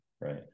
right